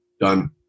Done